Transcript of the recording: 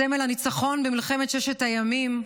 סמל הניצחון במלחמת ששת הימים,